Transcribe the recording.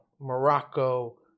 morocco